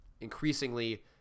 increasingly